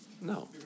no